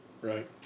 Right